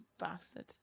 bastard